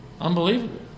Unbelievable